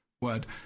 word